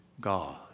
God